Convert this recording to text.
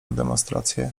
demonstracje